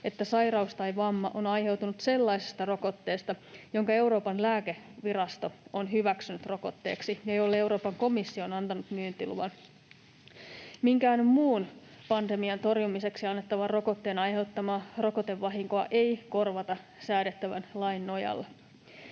että sairaus tai vamma on aiheutunut sellaisesta rokotteesta, jonka Euroopan lääkevirasto on hyväksynyt rokotteeksi ja jolle Euroopan komissio on antanut myyntiluvan. Minkään muun pandemian torjumiseksi annettavan rokotteen aiheuttamaa rokotevahinkoa ei korvata säädettävän lain nojalla.